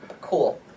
cool